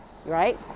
right